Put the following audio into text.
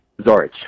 Zorich